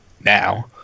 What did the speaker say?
now